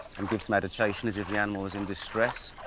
um give some agitation as if the animal is in distress.